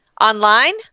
online